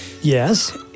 Yes